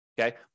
Okay